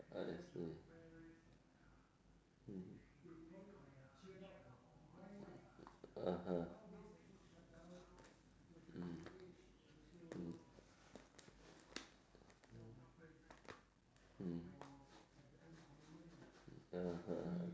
I see hmm (uh huh) mm mm mm (uh huh)